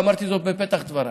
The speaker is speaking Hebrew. ואמרתי זאת בפתח דבריי.